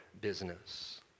business